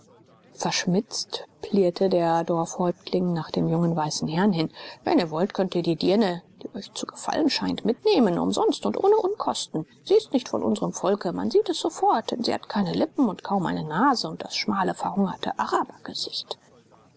verschmitzt plierte der dorfhäuptling nach dem jungen weißen herrn hin wenn ihr wollt könnt ihr die dirne die euch zu gefallen scheint mitnehmen umsonst und ohne unkosten sie ist nicht von unsrem volke man sieht es sofort denn sie hat keine lippen und kaum eine nase und das schmale verhungerte